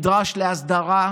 זה נדרש להסדרה,